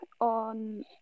on